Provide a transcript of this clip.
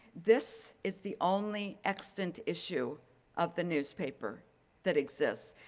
this is the only extant issue of the newspaper that exists.